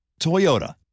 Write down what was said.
toyota